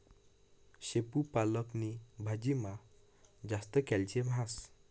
शेपू पालक नी भाजीमा जास्त कॅल्शियम हास